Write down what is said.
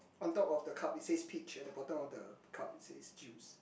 on top of the cup it says peach at the bottom of the cup it says juice